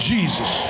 Jesus